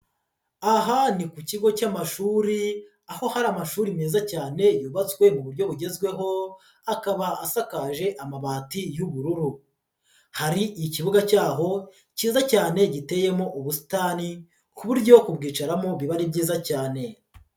Aha ni ku kigo cy'amashuri, aho hari amashuri meza cyane yubatswe mu buryo bugezweho, akaba asakaje amabati y'ubururu, hari ikibuga cyaho cyiza cyane giteyemo ubusitani ku buryo kubwicaramo biba ari byiza cyane.